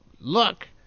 Look